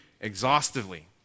exhaustively